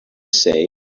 say